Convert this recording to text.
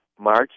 March